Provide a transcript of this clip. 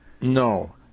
No